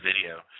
video